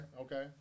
Okay